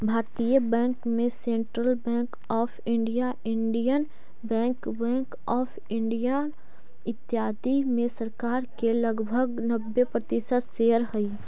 भारतीय बैंक में Central Bank of India, Indian Bank, Bank of India, इत्यादि में सरकार के लगभग नब्बे प्रतिशत शेयर हइ